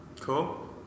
Cool